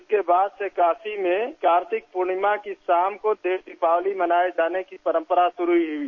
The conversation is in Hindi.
इसके बाद से ॅकाशी में कार्तिक पूर्णिमा की शाम को देव दीपावली मनाये जाने की परम्परा शुरू हुई